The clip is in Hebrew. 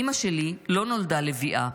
// אימא שלי לא נולדה לביאה,